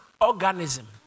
organism